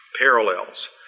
parallels